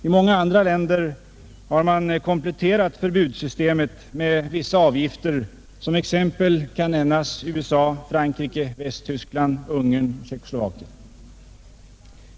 I många andra länder har man kompletterat förbudssystemet med vissa avgifter. Som exempel kan nämnas USA, Frankrike, Västtyskland, Ungern och Tjeckoslovakien.